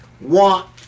want